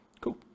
Cool